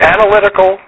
Analytical